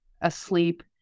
asleep